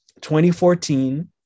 2014